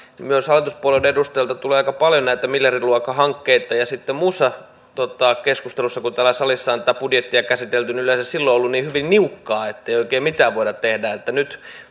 myös hallituspuolueiden edustajilta tulee aika paljon näitä miljardiluokan hankkeita ja sitten muussa keskustelussa kun täällä salissa on tätä budjettia käsitelty yleensä on ollut niin hyvin niukkaa että ei oikein mitään voida tehdä että nyt